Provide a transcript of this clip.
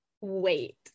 Wait